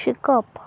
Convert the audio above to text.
शिकप